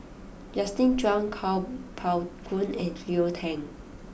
Justin Zhuang Kuo Pao Kun and Cleo Thang